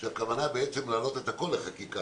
כשהכוונה בעצם להעלות את הכול לחקיקה,